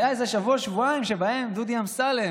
היו איזה שבוע-שבועיים שבהם דודי אמסלם,